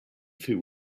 through